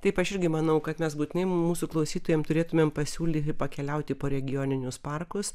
taip aš irgi manau kad mes būtinai mūsų klausytojam turėtumėm pasiūlyti pakeliauti po regioninius parkus